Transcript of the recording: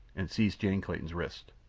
and seized jane clayton's wrist.